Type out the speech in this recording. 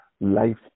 life